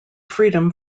freedom